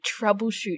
troubleshoot